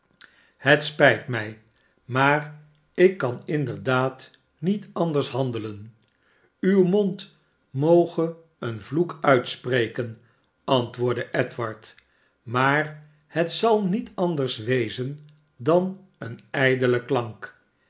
gebannen spijt mij maar ik kan inderdaad niet anders handelen uw mond moge een vloek uitspreken antwoordde edward maar het zal niet anders wezen dan een ijdele klank